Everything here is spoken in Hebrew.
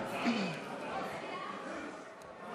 ברשותכם,